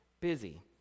busy